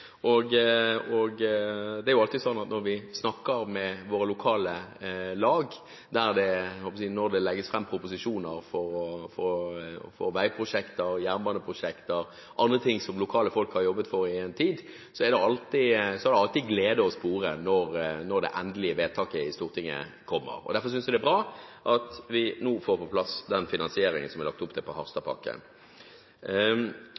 trafikale problemer. Det er jo alltid slik at når vi snakker med våre lokale lag, der det nå vil legges fram proposisjoner – hadde jeg nær sagt – for veiprosjekter, jernbaneprosjekter og andre ting som lokale folk har jobbet for i en tid, er det alltid glede å spore når det endelige vedtaket i Stortinget kommer. Derfor synes jeg det er bra at vi nå får på plass den finansieringen som det er lagt opp til